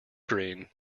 green